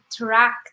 interact